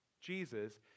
Jesus